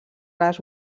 les